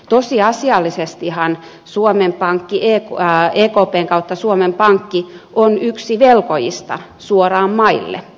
tosiasiallisestihan ekpn kautta suomen pankki on yksi velkojista suoraan maille